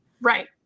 Right